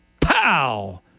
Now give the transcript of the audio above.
pow